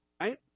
Right